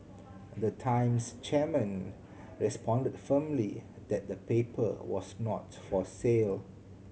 and the Times chairman responded firmly that the paper was not for sale